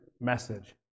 message